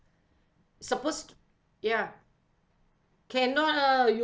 supposed ya cannot ah you